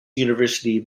university